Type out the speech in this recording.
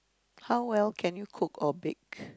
how well can you cook or bake